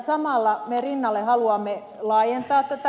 samalla me rinnalle haluamme laajentaa tätä